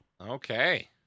Okay